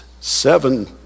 seven